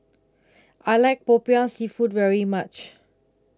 I like Popiah Seafood very much